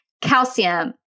calcium